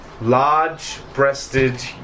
large-breasted